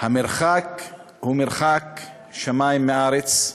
המרחק הוא שמים מארץ.